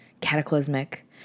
cataclysmic